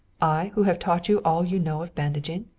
i who have taught you all you know of bandaging?